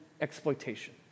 exploitation